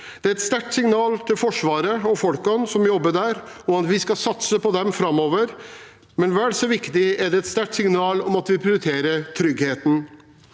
Det er et sterkt signal til Forsvaret og folkene som jobber der, om at vi skal satse på dem framover. Vel så viktig er det et sterkt signal om at vi prioriterer tryggheten,